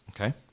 Okay